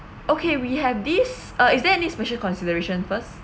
okay we have this uh is there any special consideration first